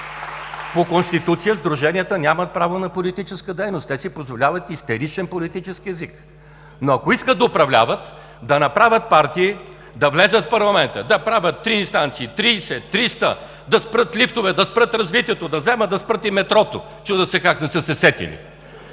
По Конституция сдруженията нямат право на политическа дейност. Те си позволяват истеричен политически език. Протестърите, ако искат да управляват, да направят партии, да влязат в парламента, да правят три инстанции, 30 или 300, да спрат лифтове, да спрат развитието, да вземат да спрат и метрото – чудя се как не са се сетили.